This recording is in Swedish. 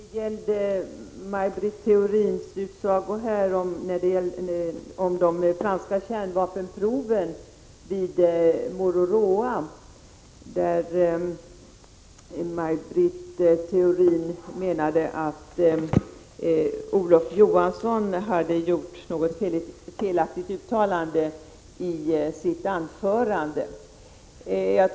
Herr talman! Maj Britt Theorin menade i fråga om de franska kärnvapenproven vid Mururoa att Olof Johansson hade gjort något felaktigt uttalande i sitt anförande.